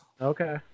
Okay